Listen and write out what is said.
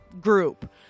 group